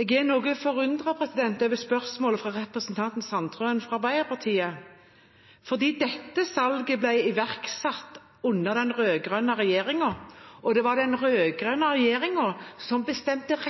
Jeg er noe forundret over spørsmålet fra representanten Sandtrøen fra Arbeiderpartiet, for dette salget ble iverksatt under den rød-grønne regjeringen, og det var den rød-grønne regjeringen som bestemte